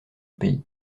pays